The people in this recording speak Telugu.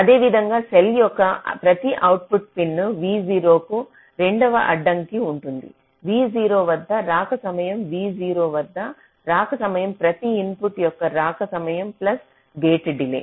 అదేవిధంగా సెల్ యొక్క ప్రతి అవుట్పుట్ పిన్ v0 కు రెండవ అడ్డంకి ఉంటుంది v0 వద్ద రాక సమయం v0 వద్ద రాక సమయం ప్రతి ఇన్పుట్ యొక్క రాక సమయం ప్లస్ గేట్ డిలే